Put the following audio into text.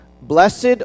Blessed